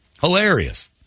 Hilarious